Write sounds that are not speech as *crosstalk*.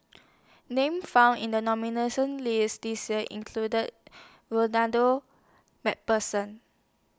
Names found in The *unintelligible* list This Year included Ronald MacPherson